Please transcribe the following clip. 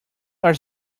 are